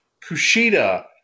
Kushida